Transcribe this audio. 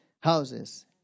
Houses